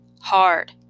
hard